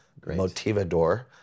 Motivador